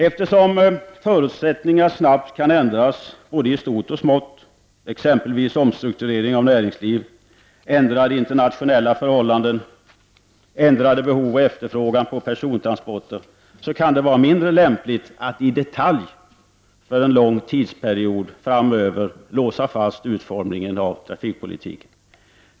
Eftersom förutsättningar snabbt kan ändras både i stort och i smått, exempelvis omstrukturering av näringsliv, ändrade internationella förhållanden, ändrade behov och efterfrågan på persontransportsidan, kan det vara mindre lämpligt att i detalj för en lång tidsperiod framöver låsa fast utformningen av trafikpolitiken.